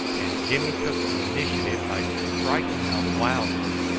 and jimmy took the initiative by striking out wildly,